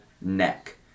neck